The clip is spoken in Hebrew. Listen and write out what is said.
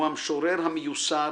הוא המשורר "המיוסר"